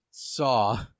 Saw